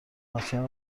مسکن